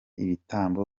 ibitambo